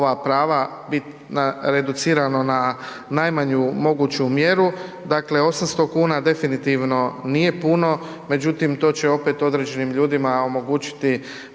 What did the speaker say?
ova prava bit reducirano na najmanju moguću mjeru. Dakle, 800 kuna definitivno nije puno, međutim to će opet određenim ljudima omogućiti